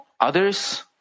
Others